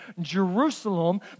Jerusalem